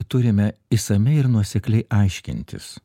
turime išsamiai ir nuosekliai aiškintis